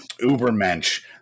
ubermensch